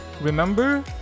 Remember